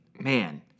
man